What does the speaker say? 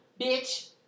bitch